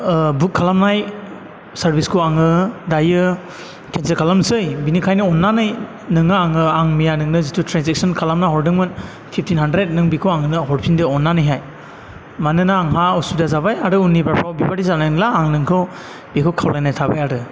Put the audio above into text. बुख खालामनाय सारबिसखौ आङो दायो केनसेल खालामनोसै बेनिखायनो अन्नानै नोङो आङो आं मैया नोंनो जिथु ट्रेनजेकसन खालामना हरदोंमोन फिबटिन हानद्रेट नों बेखौ आंनो हरफिनदो अन्नानैहाय मानोना आंहा असुबिदा जाबाय आरो उननि फ्राव बेफोरबायदि जानाय नंला आं नोंखौ बेखौ खावलायनाय थाबाय आरो